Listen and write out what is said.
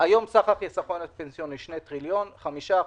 יגדל החיסכון הפנסיוני,